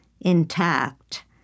intact